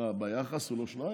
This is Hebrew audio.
מה, ביחס הוא לא שניים?